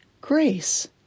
grace